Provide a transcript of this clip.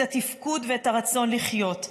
את התפקוד ואת הרצון לחיות.